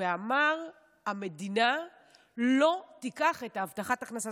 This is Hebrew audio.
ואמר: המדינה לא תיקח את הבטחת ההכנסה.